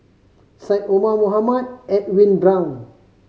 Syed Omar Mohamed and Edwin Brown